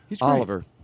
Oliver